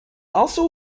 also